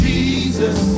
Jesus